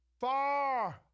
Far